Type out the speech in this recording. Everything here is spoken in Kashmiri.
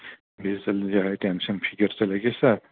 بیٚیہِ ژَلہِ ٹٮ۪نٛشَن فِکِر ژَلہِ اَکی ساتہٕ